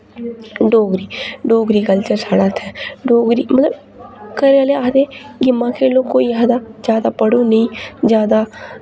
Dogri Dogri culture साढ़ा इत्थै डोगरी मतलब घरै आह्ले आखदे गेम्मां खेलो कोई आखदा ज्यादा पढ़ो नेईं ज्यादा